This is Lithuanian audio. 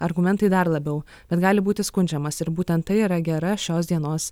argumentai dar labiau bet gali būti skundžiamas ir būtent tai yra gera šios dienos